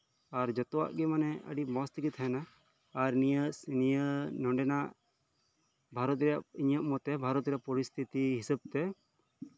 ᱟᱨ ᱡᱷᱚᱛᱚᱣᱟᱜ ᱜᱮ ᱢᱟᱱᱮ ᱟᱹᱰᱤ ᱢᱚᱸᱡᱽ ᱛᱮᱜᱮ ᱛᱟᱦᱮᱱᱟ ᱟᱨ ᱱᱤᱭᱟᱹ ᱱᱤᱭᱟᱹ ᱱᱚᱰᱮᱱᱟᱜ ᱵᱷᱟᱨᱚᱛ ᱨᱮᱭᱟᱜ ᱤᱧᱟᱹᱜ ᱢᱚᱛᱛᱮ ᱵᱷᱟᱨᱚᱛ ᱨᱮᱭᱟᱜ ᱯᱚᱨᱤᱥᱛᱷᱤᱛᱤ ᱦᱤᱥᱟᱹᱵᱽᱛᱮ